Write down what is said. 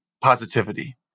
positivity